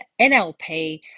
NLP